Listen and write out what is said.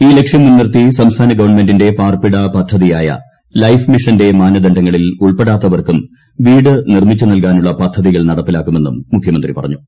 ഈ ലക്ഷ്യം മുൻനിർത്തി സംസ്ഥാന ഗവൺമെന്റിന്റെ പാർപ്പിട പദ്ധതിയായ ലൈഫ് മിഷന്റെ മാനദണ്ഡങ്ങളിൽ ഉൾപ്പെടാത്തവർക്കും പ്പൂട്ട് നിർമിച്ചു നൽകാനുള്ള പദ്ധതികൾ നടപ്പിലാക്കുമെന്നും മുഖ്യിമുന്തി പറഞ്ഞു